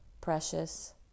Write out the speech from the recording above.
precious